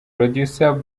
producer